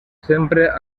sempre